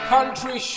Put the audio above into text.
Country